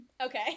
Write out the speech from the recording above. okay